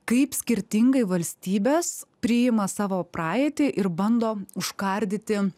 kaip skirtingai valstybės priima savo praeitį ir bando užkardyti